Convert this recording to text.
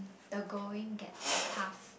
the going gets tough